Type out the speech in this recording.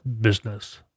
business